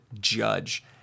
judge